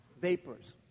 Vapors